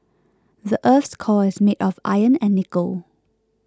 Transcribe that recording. the earth's core is made of iron and nickel